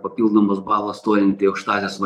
papildomas balas stojant į aukštąsias